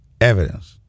evidence